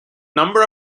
number